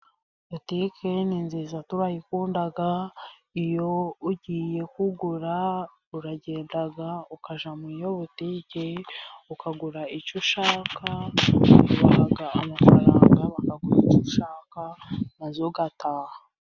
Butike ni nziza turayikunda iyo ugiye kugura uragenda ukajya muri iyo butike, ukagura icyo ushaka ubaha amafaranga, bakaguha icyo ushaka maze ugataha.